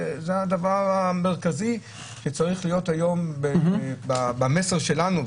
זה הדבר המרכזי שצריך להיות היום במסר שלנו.